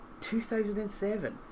2007